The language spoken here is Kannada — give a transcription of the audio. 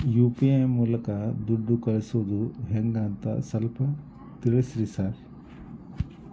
ಯು.ಪಿ.ಐ ಮೂಲಕ ದುಡ್ಡು ಕಳಿಸೋದ ಹೆಂಗ್ ಅಂತ ಸ್ವಲ್ಪ ತಿಳಿಸ್ತೇರ?